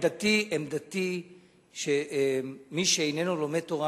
עמדתי היא שמי שאיננו לומד תורה,